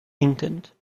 intent